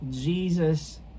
Jesus